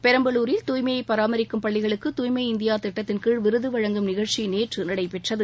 பெரம்பலூரில் தூய்மையாகப் பராமரிக்கும் பள்ளிகளுக்கு தூய்மை இந்தியா திட்டத்தின் கீழ விருது வழங்கும் நிகழ்ச்சி நேற்று நடைபெற்றது